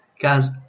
guys